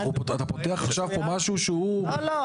אתה פותח משהו שהוא --- לא,